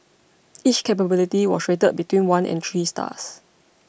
each capability was rated between one and three stars